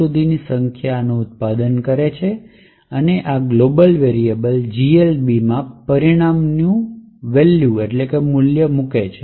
સુધીની સંખ્યાઓનું ઉત્પાદન છે અને આ ગ્લોબલ વેરિએબલ GLB માં પરિણામનું વેલ્યુ ભરે છે